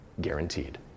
Guaranteed